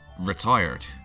retired